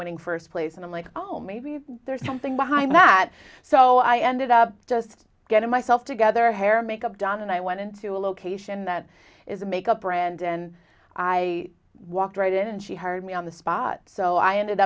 winning first place and i'm like oh maybe there's something behind that so i ended up just getting myself together hair makeup done and i went into a location that is a makeup brand and i walked right in and she hired me on the spot so i ended